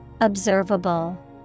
Observable